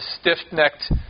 stiff-necked